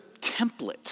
template